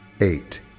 eight